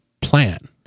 plan